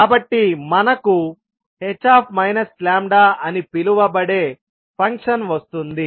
కాబట్టి మనకు h అని పిలువబడే ఫంక్షన్ వస్తుంది